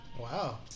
Wow